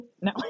no